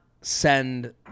send